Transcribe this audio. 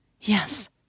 Yes